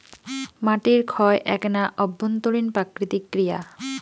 মাটির ক্ষয় এ্যাকনা অভ্যন্তরীণ প্রাকৃতিক ক্রিয়া